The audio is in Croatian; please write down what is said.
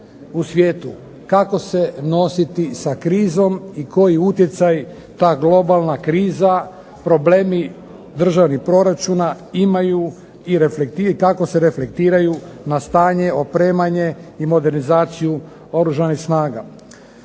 u svijetu. Kako se nositi sa krizom i koji utjecaj ta globalna kriza, problemi državnih proračuna imaju i kako se reflektiraju na stanje, opremanje i modernizaciju Oružanih snaga.